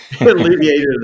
alleviated